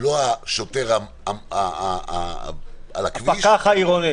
לא השוטר על הכביש --- הפקח העירוני.